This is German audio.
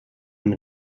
den